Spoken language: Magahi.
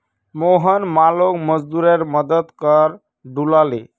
मोहन मालोक मजदूरेर मदद स ढूला ले